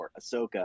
Ahsoka